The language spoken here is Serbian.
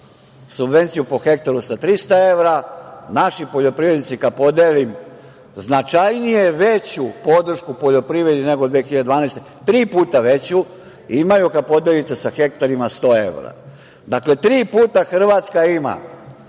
subvenciju po hektaru sa 300 evra, naši poljoprivrednici kad podelim značajnije veću podršku u poljoprivredi nego 2012. godine, tri puta veću, imaju kada podelite sa hektarima 100 evra. Dakle, tri puta Hrvatska ima